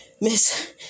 Miss